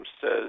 says